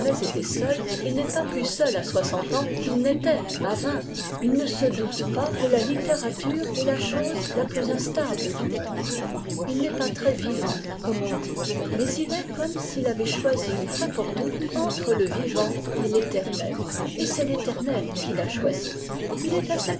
seul et n'est pas plus seul à soixante ans qu'il n'était à vingt il ne se doute pas que la littérature est la chose la plus instable du monde il n'est pas très vivant comme on dit mais il est comme s'il avait choisi une fois pour toutes entre le vivant et l'éternel et c'est l'éternel qu'il a choisi il est assez